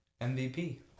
MVP